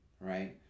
right